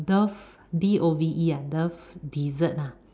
dove D O V E ah dove dessert ah